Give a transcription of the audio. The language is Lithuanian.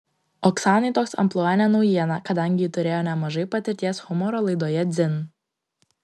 oksanai toks amplua ne naujiena kadangi ji turėjo nemažai patirties humoro laidoje dzin